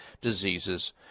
diseases